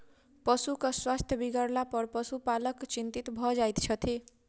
पशुक स्वास्थ्य बिगड़लापर पशुपालक चिंतित भ जाइत छथि